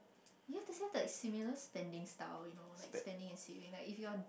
you have to have like similar standing style you know like standing and sitting like if you're